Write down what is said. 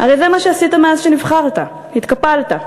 הרי זה מה שעשית מאז נבחרת, התקפלת,